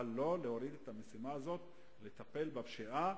אבל לא להוריד את המשימה הזאת, לטפל בפשיעה